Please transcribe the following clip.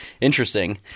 interesting